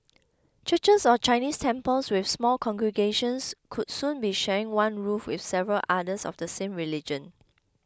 churches or Chinese temples with small congregations could soon be sharing one roof with several others of the same religion